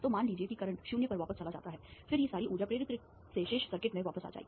तो मान लीजिए कि करंट 0 पर वापस चला जाता है फिर ये सारी ऊर्जा प्रेरित्र से शेष सर्किट में वापस आ जाएगी